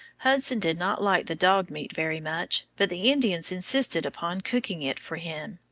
hudson did not like the dog meat very much, but the indians insisted upon cooking it for him.